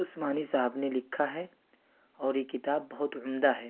عثمانی صاحب نے لکھا ہے اور یہ کتاب بہت عمدہ ہے